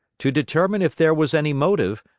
to determine if there was any motive,